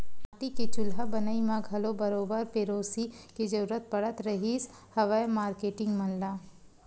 माटी के चूल्हा बनई म घलो बरोबर पेरोसी के जरुरत पड़त रिहिस हवय मारकेटिंग मन ल